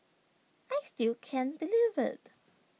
I still can't believe IT